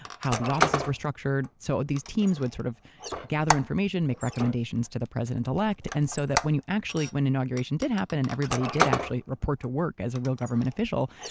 how the offices were structured, so these teams would sort of gather information, make recommendations to the president-elect, and so that when you actually. when inauguration did happen and everybody did actually report to work as a real government official,